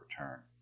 return